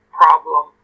problem